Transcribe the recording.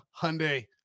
Hyundai